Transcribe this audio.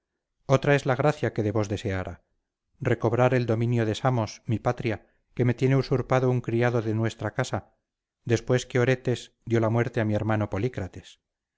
otra es la gracia que de vos deseara recobrar el dominio de samos mi patria que me tiene usurpado un criado de nuestra casa después que oretes dio la muerte a mi hermano